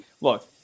look